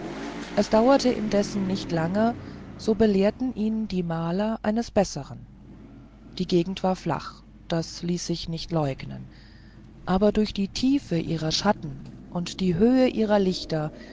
es dauerte indessen nicht lang so belehrten ihn die maler eines besseren die gegend war flach das ließ sich nicht leugnen aber durch die tiefe ihrer schatten und die höhe ihrer lichter